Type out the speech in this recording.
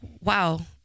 wow